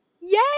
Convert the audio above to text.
Yay